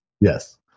Yes